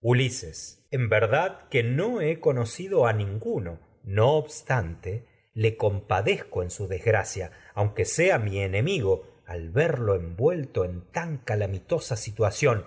ulises verdad que no he conocido a ninguno su no obstante mi le compadezco al en desgracia en aunque sea enemigo y verlo no envuelto tan calamitosa situación